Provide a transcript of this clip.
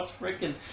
freaking